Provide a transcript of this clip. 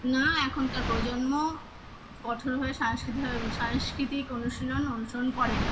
না এখনকার প্রজন্ম কঠোরভাবে সাংস্কৃতিক সাংস্কৃতিক অনুশীলন অনুসরণ করে না